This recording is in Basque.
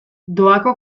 doako